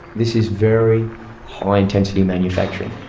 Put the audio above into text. this is very high intensity manufacturing,